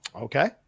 Okay